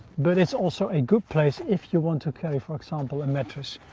but it's also a good place if you want to carry, for example a mattress,